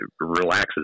relaxes